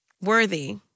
worthy